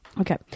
Okay